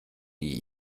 die